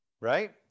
right